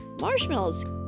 Marshmallows